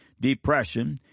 depression